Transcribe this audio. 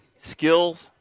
skills